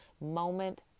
moment